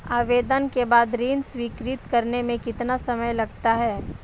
आवेदन के बाद ऋण स्वीकृत करने में कितना समय लगता है?